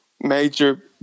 major